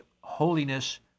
holiness